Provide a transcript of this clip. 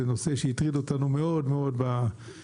זה נושא שהטריד אותנו מאוד מאוד בממשלה